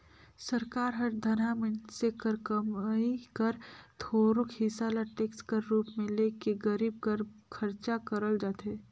सरकार हर धनहा मइनसे कर कमई कर थोरोक हिसा ल टेक्स कर रूप में ले के गरीब बर खरचा करल जाथे